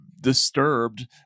disturbed